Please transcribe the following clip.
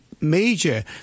Major